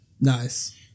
Nice